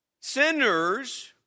Sinners